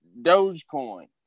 Dogecoin